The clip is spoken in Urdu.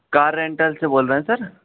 کار رینٹل سے بول رہے ہیں سر